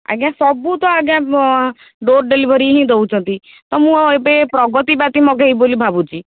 ଆଜ୍ଞା ସବୁ ତ ଆଜ୍ଞା ଡ଼ୋର ଡେଲିଭରି ହିଁ ଦେଉଛନ୍ତି ତ ମୁଁ ଆଉ ଏବେ ପ୍ରଗଦିବାଦୀ ମଗେଇବି ବୋଲି ଭାବୁଛି